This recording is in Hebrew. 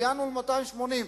הגענו ל-280.